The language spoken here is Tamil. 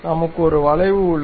நமக்கு ஒரு வளைவு உள்ளது